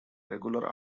regular